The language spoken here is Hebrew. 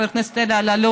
חבר הכנסת אלי אלאלוף,